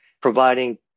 providing